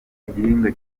igihingwa